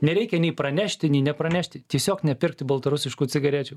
nereikia nei pranešti nei nepranešti tiesiog nepirkti baltarusiškų cigarečių